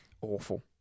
Awful